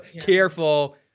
Careful